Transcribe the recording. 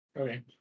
okay